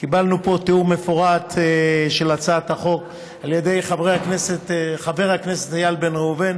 קיבלנו פה תיאור מפורט של הצעת החוק על ידי חבר הכנסת איל בן ראובן,